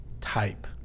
type